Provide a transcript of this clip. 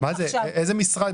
איזה משרד?